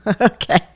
okay